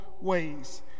ways